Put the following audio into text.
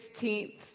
16th